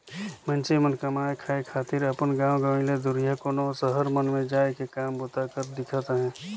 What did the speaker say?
मइनसे मन कमाए खाए खातिर अपन गाँव गंवई ले दुरिहां कोनो सहर मन में जाए के काम बूता करत दिखत अहें